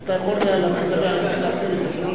אתה יכול להתחיל לדבר.